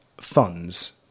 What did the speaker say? funds